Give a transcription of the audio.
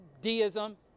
deism